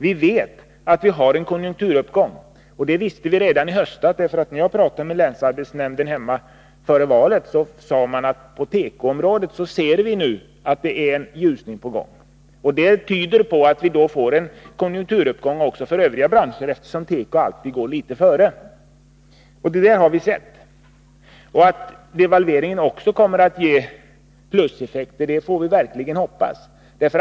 Vi vet att vi har en konjunkturuppgång, och det visste vi redan i höstas. När jag pratade med länsarbetsnämnden hemma före valet, sade man där att en ljusning var på gång på tekoområdet. Det tyder på att vi får en konjunkturuppgång även inom Övriga branscher, eftersom teko alltid går litet före. Det har vi också sett. Att devalveringen kommer att ge pluseffekter får vi verkligen hoppas.